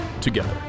together